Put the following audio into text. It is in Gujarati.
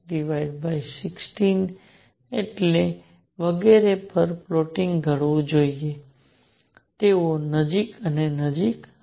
6 16 અને વગેરે પર પ્લોટીંન્ગ ઘડવું જોઈએ તેઓ નજીક અને નજીક આવે છે